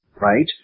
Right